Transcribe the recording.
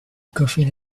goofy